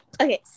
Okay